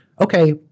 okay